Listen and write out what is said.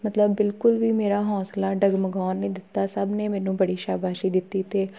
ਮਤਲਬ ਬਿਲਕੁਲ ਵੀ ਮੇਰਾ ਹੌਂਸਲਾ ਡਗਮਗਾਉਣ ਨਹੀਂ ਦਿੱਤਾ ਸਭ ਨੇ ਮੈਨੂੰ ਬੜੀ ਸ਼ਾਬਾਸ਼ੀ ਦਿੱਤੀ ਅਤੇ